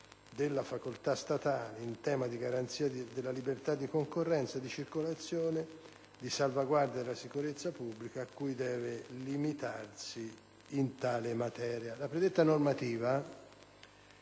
La predetta normativa